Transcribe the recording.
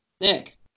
Nick